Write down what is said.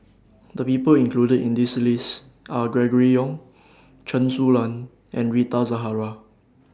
The People included in The list Are Gregory Yong Chen Su Lan and Rita Zahara